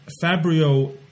Fabio